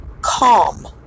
calm